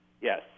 Yes